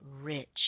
rich